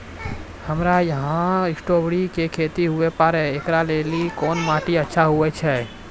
हमरा यहाँ स्ट्राबेरी के खेती हुए पारे, इकरा लेली कोन माटी अच्छा होय छै?